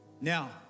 Now